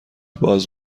باز